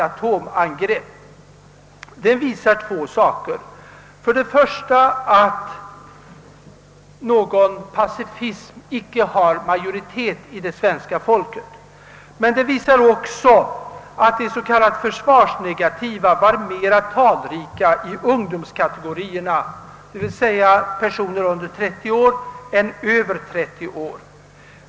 Undersökningarna visar två saker: för det första att pacifismen inte omfattas av en majoritet av svenska folket och för det andra att antalet s.k. försvarsnegativa är störst bland ungdomsgrupperna, d.v.s. hos personer som är under 30 år.